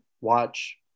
watch